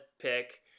pick